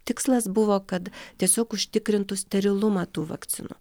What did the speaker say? tikslas buvo kad tiesiog užtikrintų sterilumą tų vakcinų